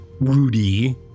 Rudy